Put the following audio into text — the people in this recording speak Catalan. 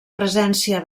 presència